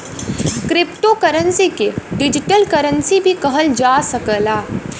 crypto currency के digital currency भी कहल जा सकला